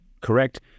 correct